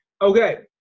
Okay